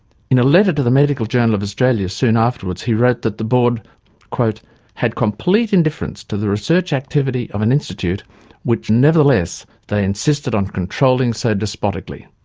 in a letter to the medical journal of australia soon afterwards, he wrote that the board had complete indifference to the research activity of an institute which, nevertheless, they insisted on controlling so despotically.